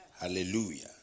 Hallelujah